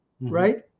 Right